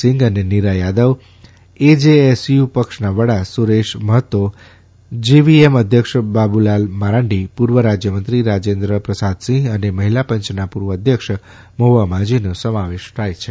સિંગ અને નીરા યાદવ એજેએસયુ પક્ષના વડા સુદેશ મહતો જેવીએમ અધ્યક્ષ બાબુલાલ મારાંડી પૂર્વ રાજ્યમંત્રી રાજેન્દ્ર પ્રસાદસિંગ અને મહિલા પંચના પૂર્વ અધ્યક્ષ મહુવા માજીનો સમાવેશ થાય છે